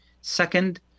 second